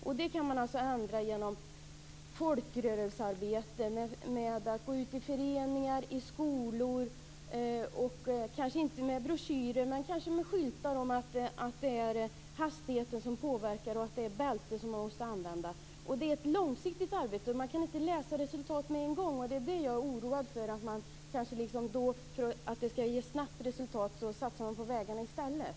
Beteendet kan ändras med hjälp av folkrörelsearbete, föreningar, skolor. Skyltar kan användas där det framgår att det är hastigheten som påverkar och att bältet skall användas. Det är fråga om ett långsiktigt arbete. Det går inte att se något resultat med en gång. Jag är oroad för att man satsar på vägarna i stället eftersom det ger ett snabbt resultat.